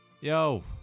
Yo